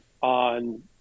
on